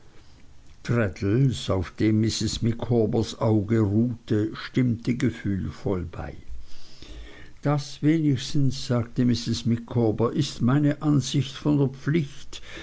auf dem mrs micawbers auge ruhte stimmte gefühlvoll bei das wenigstens sagte mrs micawber ist meine ansicht von der pflicht